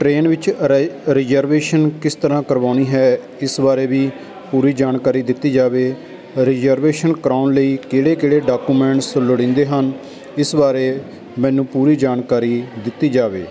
train ਵਿੱਚ ਰਿ reservation ਕਿਸ ਤਰ੍ਹਾਂ ਕਰਵਾਉਣੀ ਹੈ ਇਸ ਬਾਰੇ ਵੀ ਪੂਰੀ ਜਾਣਕਾਰੀ ਦਿੱਤੀ ਜਾਵੇ ਰਿਜਰਵੇਸ਼ਨ ਕਰਵਾਉਣ ਲਈ ਕਿਹੜੇ ਕਿਹੜੇ ਡਾਕੂਮੈਂਟਸ ਲੋੜੀਂਦੇ ਹਨ ਇਸ ਬਾਰੇ ਮੈਨੂੰ ਪੂਰੀ ਜਾਣਕਾਰੀ ਦਿੱਤੀ ਜਾਵੇ